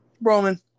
Roman